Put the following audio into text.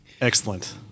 Excellent